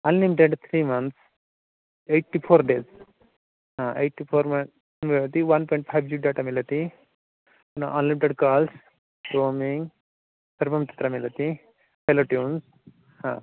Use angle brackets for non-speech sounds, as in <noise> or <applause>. unlimited three months eighty four days हा eighty four म म् ति ओन् <unintelligible> फ़ै जि डाटा मिलति न् अन्लिमिटेड् काल्स् रोमिङ्ग् सर्वं तत्र मिलति हेल्लो ट्यून्स् ह